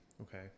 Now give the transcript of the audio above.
Okay